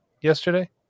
yesterday